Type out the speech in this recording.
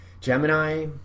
Gemini